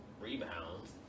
rebounds